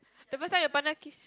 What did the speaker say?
the first time your partner kiss